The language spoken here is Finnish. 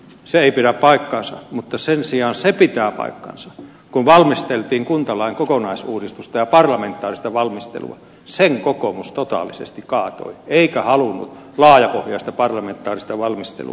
se ei pidä paikkaansa mutta sen sijaan se pitää paikkansa kun valmisteltiin kuntalain kokonaisuudistusta ja parlamentaarista valmistelua että sen kokoomus totaalisesti kaatoi eikä halunnut laajapohjaista parlamentaarista valmistelua